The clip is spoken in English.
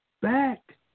back